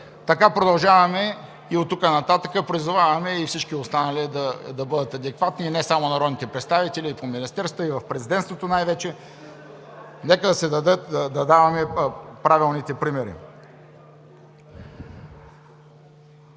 Така продължаваме и оттук нататък. Призоваваме и всички останали да бъдат адекватни и не само народните представители, от министерствата, а и от Президентството най-вече, нека да даваме правилните примери.